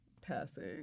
passing